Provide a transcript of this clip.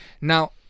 now